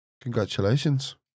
Congratulations